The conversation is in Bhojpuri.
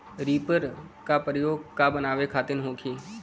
रिपर का प्रयोग का बनावे खातिन होखि?